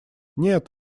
нет